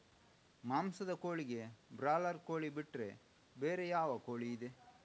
ಮಾಂಸದ ಕೋಳಿಗೆ ಬ್ರಾಲರ್ ಕೋಳಿ ಬಿಟ್ರೆ ಬೇರೆ ಯಾವ ಕೋಳಿಯಿದೆ?